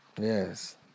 Yes